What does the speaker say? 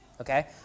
okay